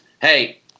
hey